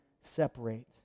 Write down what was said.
separate